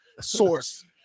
source